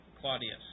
Claudius